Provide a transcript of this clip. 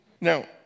Now